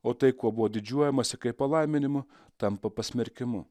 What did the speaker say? o tai kuo buvo didžiuojamasi kaip palaiminimu tampa pasmerkimu